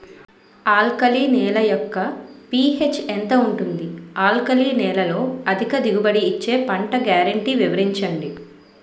Alkali నేల యెక్క pH ఎంత ఉంటుంది? ఆల్కలి నేలలో అధిక దిగుబడి ఇచ్చే పంట గ్యారంటీ వివరించండి?